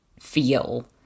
feel